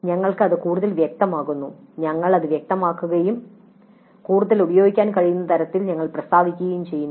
ഞങ്ങൾ ഇത് കൂടുതൽ വ്യക്തമാക്കുന്നു ഞങ്ങൾ അത് വ്യക്തമാക്കുകയും അത് കൂടുതൽ ഉപയോഗിക്കാൻ കഴിയുന്ന തരത്തിൽ ഞങ്ങൾ പ്രസ്താവിക്കുകയും ചെയ്യുന്നു